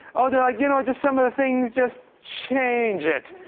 oh they're like, you know, just some other things, just change it.